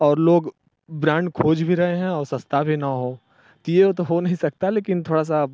और लोग ब्रांड खोज भी रहे हैं और सस्ता भी न हो कि यह हो तो हो नहीं सकता लेकिन थोड़ा सा